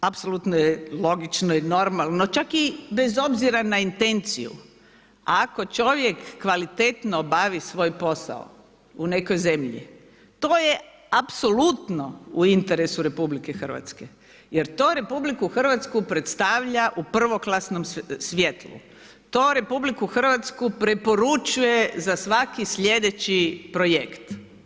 Apsolutno je logično i normalno, čak i bez obzira na intenciju, ako čovjek kvalitetno obavi svoj posao u nekoj zemlji, to je apsolutno u interesu RH jer to RH predstavlja u prvoklasnom svjetlu, to RH preporučuje za svaki sljedeći projekt.